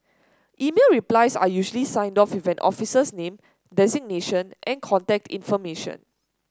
email replies are usually signed off with an officer's name designation and contact information